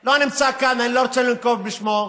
שלא נמצא כאן, אני לא רוצה לנקוב בשמו,